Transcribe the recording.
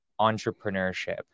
entrepreneurship